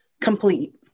complete